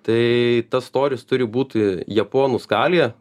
tai tas storis turi būti japonų skalėje